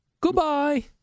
Goodbye